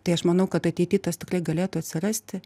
tai aš manau kad ateity tas tikrai galėtų atsirasti